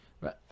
Right